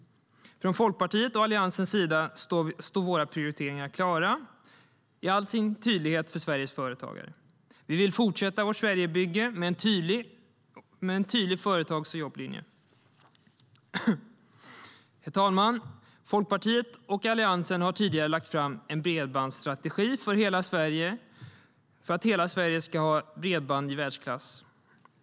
Från Folkpartiets och Alliansens sida står våra prioriteringar klara i all sin tydlighet för Sveriges företagare: Vi vill fortsätta vårt Sverigebygge med en tydlig företags och jobblinje. Herr talman! Folkpartiet och Alliansen har tidigare lagt fram en bredbandsstrategi för att hela Sverige ska ha bredband i världsklass.